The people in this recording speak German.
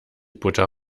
butter